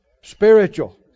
spiritual